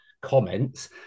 comments